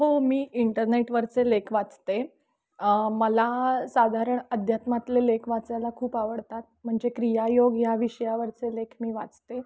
हो मी इंटरनेटवरचे लेख वाचते मला साधारण अध्यात्मातले लेख वाचायला खूप आवडतात म्हणजे क्रियायोग या विषयावरचे लेख मी वाचते